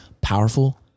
powerful